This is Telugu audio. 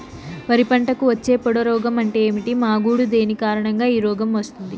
వరి పంటకు వచ్చే పొడ రోగం అంటే ఏమి? మాగుడు దేని కారణంగా ఈ రోగం వస్తుంది?